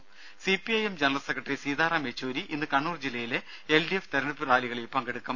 രുമ CPIM general secretary Sitaram Yechury ഇന്ന് കണ്ണൂർ ജില്ലയിലെ എൽഡിഎഫ് തിരഞ്ഞെടുപ്പു റാലികളിൽ പങ്കെടുക്കും